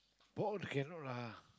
bored cannot lah